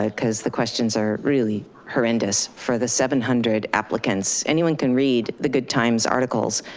ah cause the questions are really horrendous for the seven hundred applicants. anyone can read the good times articles.